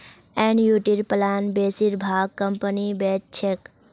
एनयूटीर प्लान बेसिर भाग कंपनी बेच छेक